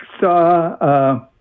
saw